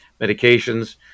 medications